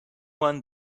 one